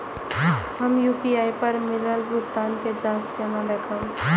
हम यू.पी.आई पर मिलल भुगतान के जाँच केना देखब?